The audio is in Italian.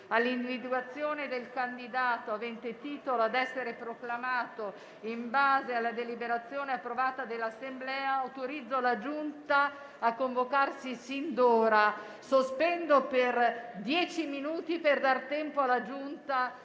all'individuazione del candidato avente titolo ad essere proclamato in base alla deliberazione approvata dall'Assemblea, autorizzo la Giunta a convocarsi sin d'ora. Sospendo i nostri lavori per dar tempo alla Giunta